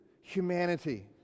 humanity